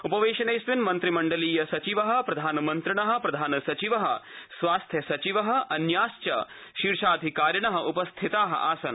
उपवर्धामविमन् मन्त्रिमण्डलीयसचिव प्रधानमन्त्रिण प्रधानसचिव स्वास्थ्य सचिव अन्या शीर्षाधिकारिण उपस्थिता आसन्